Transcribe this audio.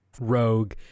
rogue